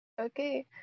Okay